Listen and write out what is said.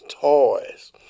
toys